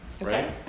right